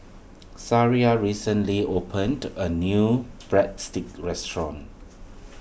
Sariah recently opened a new Breadsticks restaurant